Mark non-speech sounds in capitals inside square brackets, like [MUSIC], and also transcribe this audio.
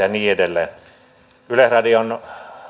[UNINTELLIGIBLE] ja niin edelleen yleisradion